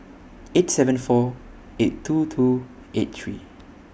eight seven four eight two two eight three